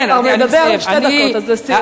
אתה כבר מדבר שתי דקות, אז לסיום.